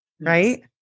right